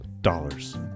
dollars